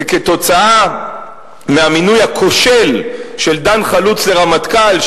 וכתוצאה מהמינוי הכושל של דן חלוץ לרמטכ"ל,